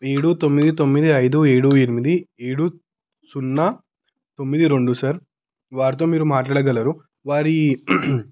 ఏడు తొమ్మిది తొమ్మిది ఐదు ఏడు ఎనిమిది ఏడు సున్నా తొమ్మిది రెండు సర్ వారితో మీరు మాట్లాడగలరు వారి